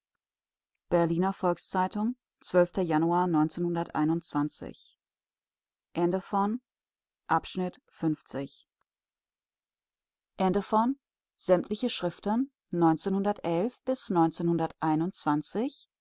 berliner volks-zeitung januar